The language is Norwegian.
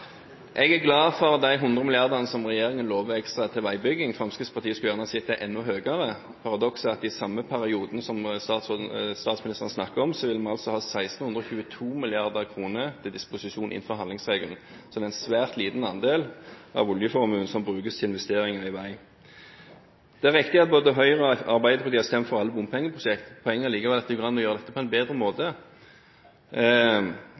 Jeg er glad for de 100 mrd. kr som regjeringen har lovet ekstra til veibygging. Fremskrittspartiet skulle gjerne sett at det var enda høyere. Paradokset er at i samme periode som statsministeren snakker om, vil vi altså ha 1 622 mrd. kr til disposisjon innenfor handlingsregelen. Så det er en svært liten andel av oljeformuen som brukes til investeringer i vei. Det er riktig at både Høyre og Arbeiderpartiet har stemt for alle bompengeprosjekter. Poenget er allikevel at det går an å gjøre dette på en bedre måte.